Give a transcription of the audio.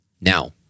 Now